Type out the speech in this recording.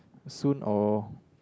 soon or